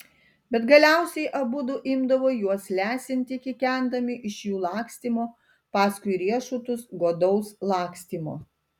bet galiausiai abudu imdavo juos lesinti kikendami iš jų lakstymo paskui riešutus godaus lakstymo